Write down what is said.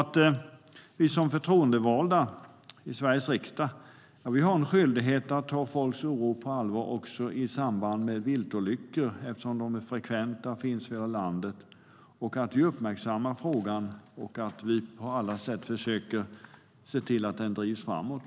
Som förtroendevalda i Sveriges riksdag har vi en skyldighet att ta folks oro på allvar också i samband med viltolyckor eftersom de är frekventa och finns i hela landet. Därför måste vi uppmärksamma frågan och på alla sätt se till att den drivs framåt.